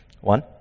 One